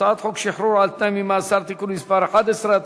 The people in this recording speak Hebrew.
הצעת חוק שחרור על-תנאי ממאסר (תיקון מס' 11),